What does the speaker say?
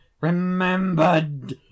remembered